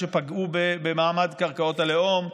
שפגעו במעמד קרקעות הלאום,